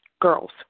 girls